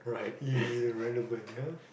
he renovate ya